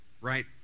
right